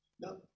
No